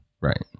Right